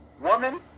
woman